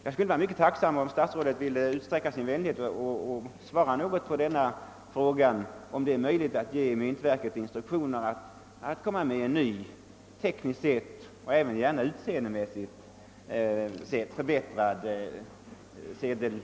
Jag skulle vara mycket tacksam om statsrådet ville utsträcka sin vänlighet till att även svara på frågan, om det är möjligt att ge myntverket instruktioner att ge ut nya tekniskt och gärna även utseendemässigt förbättrade sedeltyper.